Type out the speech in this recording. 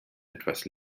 etwas